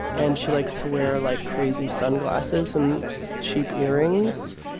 and she likes to wear, like, crazy sunglasses and cheap earrings.